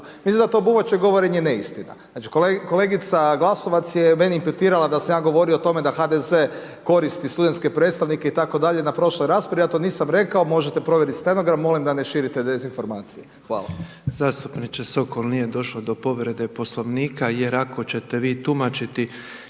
se ne razumije./… je neistina. Znači kolegica Glasovac je meni … /Govornik se ne razumije./… da sam ja govorio o tome da HDZ-e koristi studentske predstavnike itd. na prošloj raspravi. Ja to nisam rekao. Možete provjeriti stenogram. Molim da ne širite dezinformacije. Hvala. **Petrov, Božo (MOST)** Zastupniče Sokol, nije došlo do povrede Poslovnika jer ako ćete vi tumačiti